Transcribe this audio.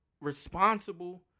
responsible